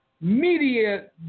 media